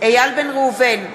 איל בן ראובן,